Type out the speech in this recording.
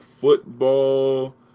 football